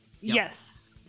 Yes